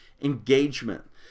engagement